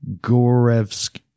Gorevsky